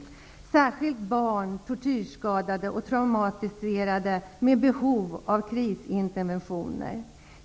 Det gäller särskilt vård av barn, tortyrskadade och traumatiserade med behov av krisbehandling.